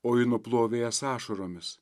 o ji nuplovė jas ašaromis